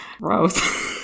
Gross